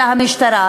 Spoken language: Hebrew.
אלא המשטרה,